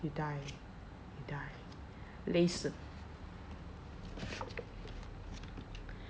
you die you die 累死